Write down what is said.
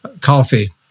coffee